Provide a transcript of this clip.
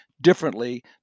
differently